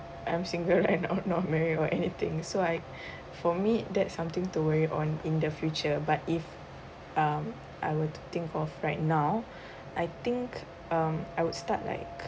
I'm single right now not married or anything so I for me that's something to worry on in the future but if um I would think of right now I think I would start like